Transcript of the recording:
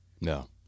No